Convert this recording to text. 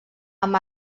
amb